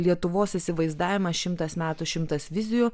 lietuvos įsivaizdavimą šimtas metų šimtas vizijų